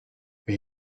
may